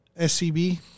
SCB